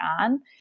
on